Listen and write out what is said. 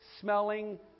smelling